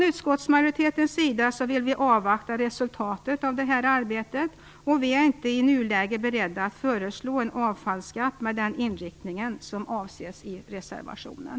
Utskottsmajoriteten vill avvakta resultatet av detta arbete, och vi är i nuläget inte beredda att föreslå en avfallsskatt med den inriktningen som avses i reservationen.